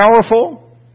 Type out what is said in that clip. powerful